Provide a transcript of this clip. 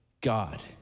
God